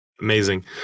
Amazing